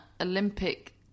Olympic